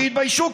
שיתביישו,